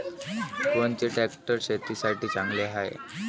कोनचे ट्रॅक्टर शेतीसाठी चांगले हाये?